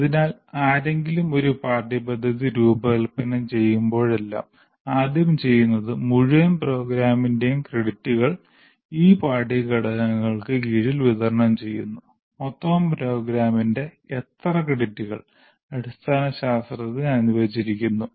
അതിനാൽ ആരെങ്കിലും ഒരു പാഠ്യപദ്ധതി രൂപകൽപ്പന ചെയ്യുമ്പോഴെല്ലാം ആദ്യം ചെയ്യുന്നത് മുഴുവൻ പ്രോഗ്രാമിന്റെയും ക്രെഡിറ്റുകൾ ഈ പാഠ്യ ഘടകങ്ങൾക്ക് കീഴിൽ വിതരണം ചെയ്യുന്നു മൊത്തം പ്രോഗ്രാമിന്റെ എത്ര ക്രെഡിറ്റുകൾ അടിസ്ഥാന ശാസ്ത്രത്തിന് അനുവദിച്ചിരിക്കുന്നു